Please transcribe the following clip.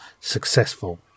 successful